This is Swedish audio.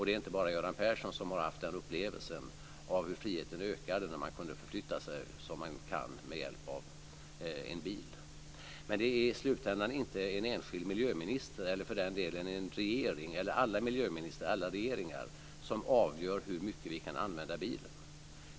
Det är inte bara Göran Persson som har haft upplevelsen av hur friheten ökar när man kunde förflytta sig så som man kan med hjälp av en bil. Men det är i slutändan inte en enskild miljöminister eller för den delen en regering eller alla regeringar och ministrar som avgör hur mycket vi kan använda bilen.